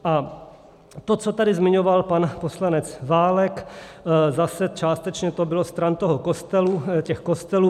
A to, co tady zmiňoval pan poslanec Válek, zase částečně to bylo stran těch kostelů.